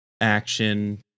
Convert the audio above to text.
action